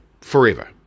forever